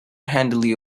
handily